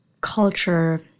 culture